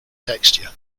texture